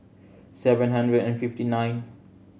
seven hundred and fifty nine